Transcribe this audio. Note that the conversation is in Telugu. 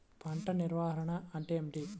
పంట నిర్వాహణ అంటే ఏమిటి?